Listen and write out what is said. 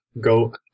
go